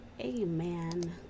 Amen